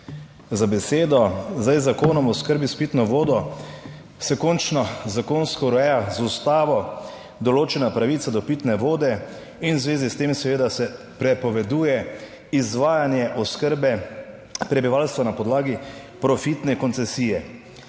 za besedo. Z Zakonom o oskrbi s pitno vodo se končno zakonsko ureja z Ustavo določena pravica do pitne vode in v zvezi s tem seveda se prepoveduje izvajanje oskrbe prebivalstva na podlagi profitne koncesije.